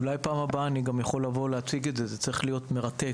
אולי בפעם הבאה אני יכול לבוא ולהציג את זה; זה צריך להיות מרתק,